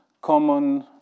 common